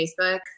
Facebook